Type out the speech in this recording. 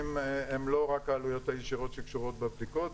הן לא רק העלויות הישירות שקשורות בבדיקות,